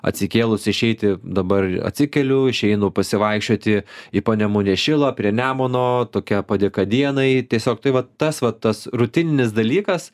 atsikėlus išeiti dabar atsikeliu išeinu pasivaikščioti į panemunės šilą prie nemuno tokia padėka dienai tiesiog tai vat tas vat tas rutininis dalykas